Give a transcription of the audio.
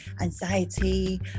anxiety